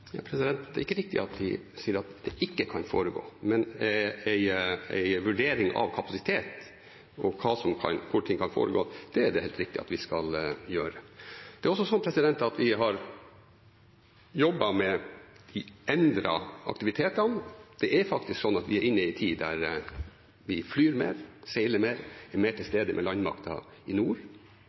Det er ikke riktig at vi sier at det ikke kan foregå, men en vurdering av kapasitet når det gjelder hvor ting kan foregå, er det helt riktig at vi skal gjøre. Det er også sånn at vi har jobbet med de endrede aktivitetene. Det er faktisk sånn at vi er inne i en tid der vi flyr mer, vi seiler mer, vi er mer til stede med landmakta i nord.